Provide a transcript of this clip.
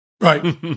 Right